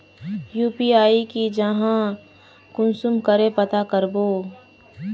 UPI की जाहा कुंसम करे पता करबो?